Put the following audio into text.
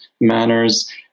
manners